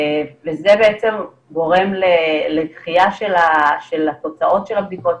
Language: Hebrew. זה גורם לדחייה של התוצאות של הבדיקות,